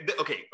okay